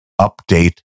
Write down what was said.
update